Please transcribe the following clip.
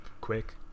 quick